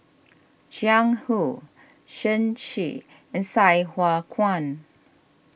Jiang Hu Shen Xi and Sai Hua Kuan